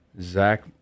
Zach